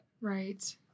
right